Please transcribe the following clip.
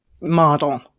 model